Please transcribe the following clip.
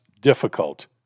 difficult